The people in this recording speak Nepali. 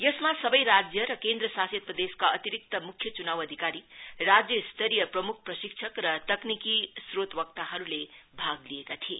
यसमा सबै राज्य र केन्द्रशासित प्रदेशका अतिरिक्त मुख्य चुनाव अधिकारी राज्य स्तरीय प्रमुख प्रशिक्षक र तकनिकी स्रोतवक्ताहरुले भाग लिएका थिए